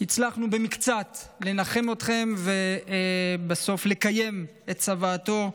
הצלחנו במקצת לנחם אתכם ובסוף לקיים את צוואתו.